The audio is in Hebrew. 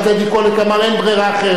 וטדי קולק אמר: אין ברירה אחרת.